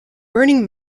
burning